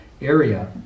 area